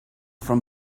from